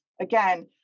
again